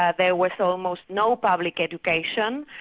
ah there was almost no public education,